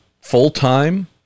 full-time